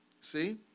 See